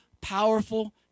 powerful